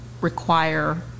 require